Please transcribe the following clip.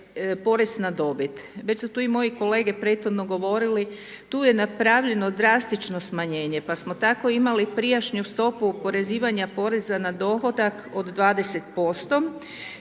porez na dobit. Već su tu i moji kolege prethodno govorili, tu je napravljeno drastično smanjenje, pa smo tako imali prijašnju stopu oporezivanja poreza na dohodak od 20%